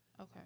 Okay